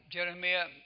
Jeremiah